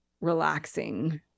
relaxing